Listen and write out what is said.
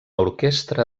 orquestra